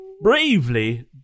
bravely